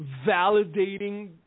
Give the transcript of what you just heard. validating